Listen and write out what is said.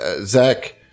zach